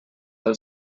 del